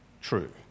true